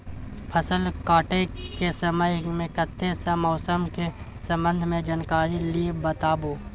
फसल काटय के समय मे कत्ते सॅ मौसम के संबंध मे जानकारी ली बताबू?